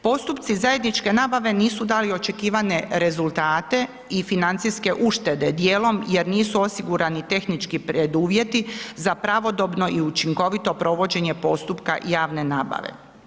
Postupci zajedničke nabave nisu dali očekivane rezultate i financijske uštede, dijelom jer nisu osigurani tehnički preduvjeti za pravodobno i učinkovito provođenje postupka javne nabave.